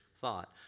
thought